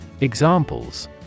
Examples